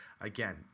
again